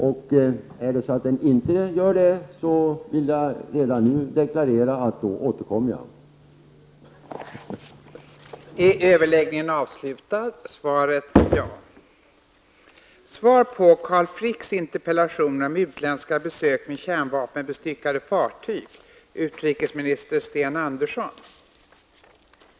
Men om den inte gör det, vill jag redan nu deklarera att jag återkommer till frågan.